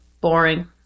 boring